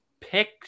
pick